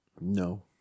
no